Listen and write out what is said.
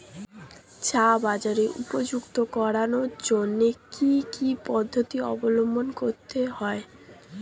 চা বাজার উপযুক্ত করানোর জন্য কি কি পদ্ধতি অবলম্বন করতে হয়?